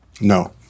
No